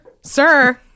sir